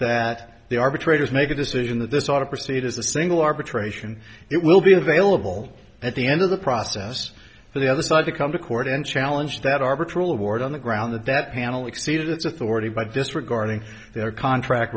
that the arbitrators make a decision that this ought to proceed as a single arbitration it will be available at the end of the process for the other side to come to court and challenge that arbitral award on the ground that that panel exceeded its authority by disregarding their contract